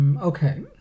okay